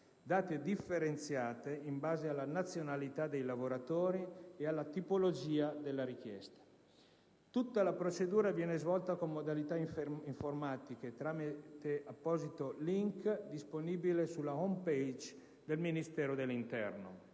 (date differenziate in base alla nazionalità dei lavoratori ed alla tipologia della richiesta). Tutta la procedura viene svolta con modalità informatiche, tramite apposito *link* disponibile sulla *home page* del Ministero dell'interno.